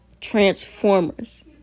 Transformers